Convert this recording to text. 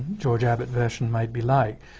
george abbott version might be like.